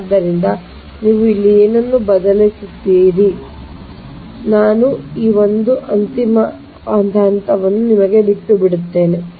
ಆದ್ದರಿಂದ ನೀವು ಇಲ್ಲಿ ಏನನ್ನು ಬದಲಿಸುತ್ತೀರಿ Ia Ib Ic ನೀವು ಪರ್ಯಾಯವಾಗಿ Ia Ib Ic ಇಲ್ಲಿ ನಾನು ಈ ಒಂದು ಅಂತಿಮ ಹಂತವನ್ನು ಬಿಟ್ಟುಬಿಡುತ್ತೇನೆ